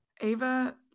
Ava